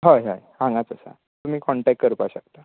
हय हय हांगाच आसा तुमी कॉन्टेक्ट करपा शकता